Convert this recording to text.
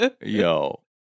Yo